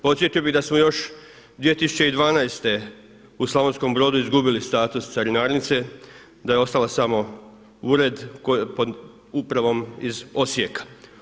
Podsjetio bih da smo još 2012. u Slavonskom Brodu izgubili status carinarnice, da je ostao samo ured pod upravom iz Osijeka.